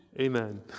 Amen